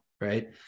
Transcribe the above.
right